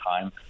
time